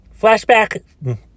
flashback